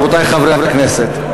רבותי חברי הכנסת,